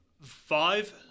five